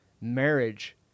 marriage